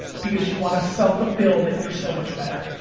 because you wanna self-fulfill that you're so much better.